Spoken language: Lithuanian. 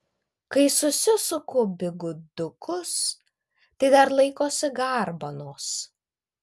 kai susisuku bigudukus tai dar laikosi garbanos